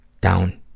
down